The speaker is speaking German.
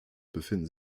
befinden